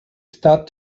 start